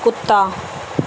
ਕੁੱਤਾ